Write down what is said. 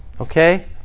Okay